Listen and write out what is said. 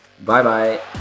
Bye-bye